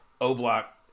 O-Block